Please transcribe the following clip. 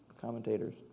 commentators